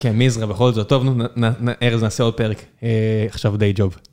כן, מזרע בכל זאת, טוב, ארז, נעשה עוד פרק, עכשיו די ג'וב.